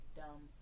dumb